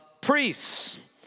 priests